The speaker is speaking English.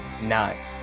nice